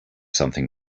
something